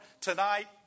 tonight